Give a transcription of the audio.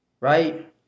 Right